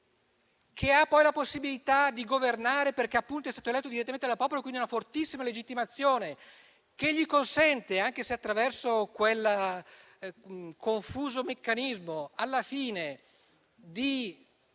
che ha la possibilità di governare perché appunto è stato eletto direttamente dal popolo e quindi ha una fortissima legittimazione, che gli consente, anche se attraverso quel confuso meccanismo, alla fine di